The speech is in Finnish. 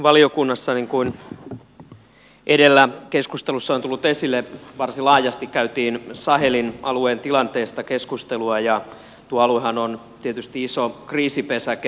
ulkoasiainvaliokunnassa niin kuin edellä keskustelussa on tullut esille varsin laajasti käytiin sahelin alueen tilanteesta keskustelua ja tuo aluehan on tietysti iso kriisipesäke